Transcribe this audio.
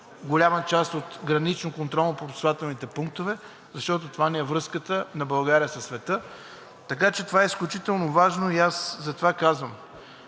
голяма част от граничните контролно-пропускателни пунктове, защото това е връзката на България със света. Така че това е изключително важно и затова казвам,